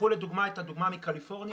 קחו לדוגמה את הדוגמה מקליפורניה.